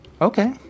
okay